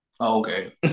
Okay